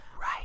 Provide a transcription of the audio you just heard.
right